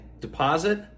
Deposit